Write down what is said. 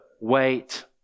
wait